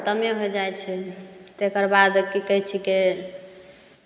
खतमे होइ जाइ छै तेकर बाद कि कहै छिकै